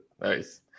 Nice